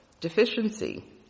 deficiency